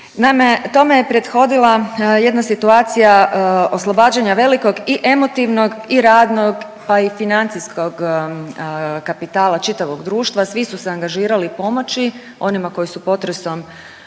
tome je prethodila jedna situacija oslobađanja velikog i emotivnog i radnog, pa i financijskog kapitala čitavog društva, svi su se angažirali pomoći onima koji su potresom,